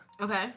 Okay